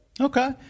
Okay